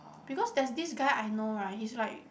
because there's this guy I know right he's like